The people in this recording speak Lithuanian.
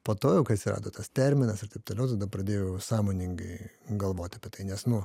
po to jau kai atsirado tas terminas ir taip toliau tada pradėjau sąmoningai galvot apie tai nes nu